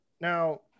now